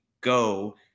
go